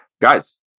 guys